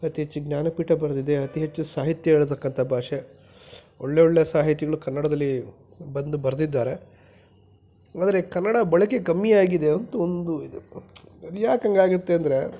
ಅತಿ ಹೆಚ್ಚು ಜ್ಞಾನಪೀಠ ಬರೆದಿದೆ ಅತಿ ಹೆಚ್ಚು ಸಾಹಿತ್ಯ ಹೇಳತಕ್ಕಂಥ ಭಾಷೆ ಒಳ್ಳೆ ಒಳ್ಳೆ ಸಾಹಿತಿಗಳು ಕನ್ನಡದಲ್ಲಿ ಬಂದು ಬರೆದಿದ್ದಾರೆ ಆದರೆ ಕನ್ನಡ ಬಳಕೆ ಕಮ್ಮಿಯಾಗಿದೆ ಅಂತ ಒಂದು ಇದು ಅದ್ಯಾಕೆ ಹಂಗೆ ಆಗುತ್ತೆ ಅಂದರೆ